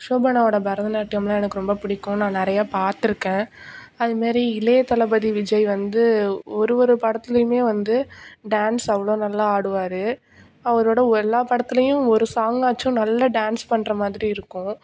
சோபனாவோட பரதநாட்டியம்லாம் எனக்கு ரொம்ப பிடிக்கும் நான் நிறையா பாத்திருக்கேன் அதுமாரி இளைய தளபதி விஜய் வந்து ஒரு ஒரு படத்துலேயுமே வந்து டான்ஸ் அவ்வளோ நல்லா ஆடுவார் அவரோட எல்லாப் படத்துலேயும் ஒரு சாங்காச்சும் நல்லா டான்ஸ் பண்ணுற மாதிரி இருக்கும்